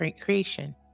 creation